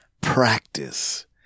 practice